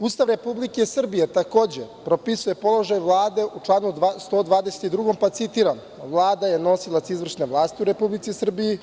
Ustav Republike Srbije takođe propisuje položaj Vlade u članu 122, pa citiram: „Vlada je nosilac izvršne vlasti u Republici Srbiji“